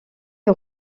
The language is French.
est